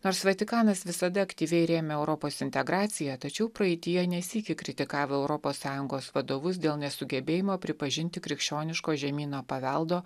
nors vatikanas visada aktyviai rėmė europos integraciją tačiau praeityje ne sykį kritikavo europos sąjungos vadovus dėl nesugebėjimo pripažinti krikščioniško žemyno paveldo